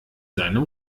seinem